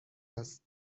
است